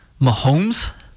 Mahomes